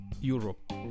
Europe